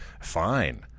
fine